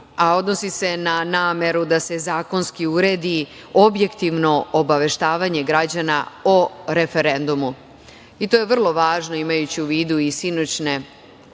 a odnosi se na meru da se zakonski uredi objektivno obaveštavanje građana o referendumu. To je vrlo važno, imajući u vidu i sinoćne